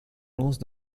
lance